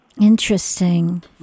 Interesting